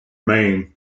maine